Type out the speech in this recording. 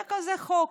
היה כזה חוק.